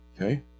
Okay